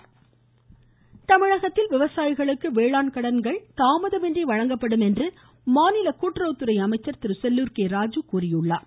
செல்லூர் ராஜீ தமிழகத்தில் விவசாயிகளுக்கு வேளாண்கடன்கள் தாமதமின்றி வழங்கப்படும் என்று மாநில கூட்டுறவுத்துறை அமைச்சர் செல்லூர் ராஜீ தெரிவித்துள்ளார்